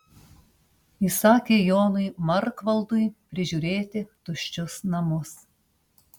įsakė jonui markvaldui prižiūrėti tuščius namus